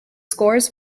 scores